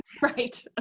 Right